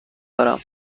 دارم